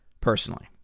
Personally